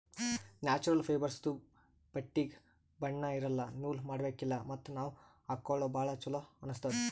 natural ಫೈಬರ್ಸ್ದು ಬಟ್ಟಿಗ್ ಬಣ್ಣಾ ಇರಲ್ಲ ನೂಲ್ ಮಾಡಬೇಕಿಲ್ಲ ಮತ್ತ್ ನಾವ್ ಹಾಕೊಳ್ಕ ಭಾಳ್ ಚೊಲೋ ಅನ್ನಸ್ತದ್